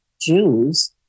Jews